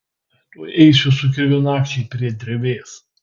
tuoj eisiu su kirviu nakčiai prie drevės